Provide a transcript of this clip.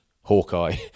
Hawkeye